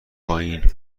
پایین